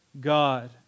God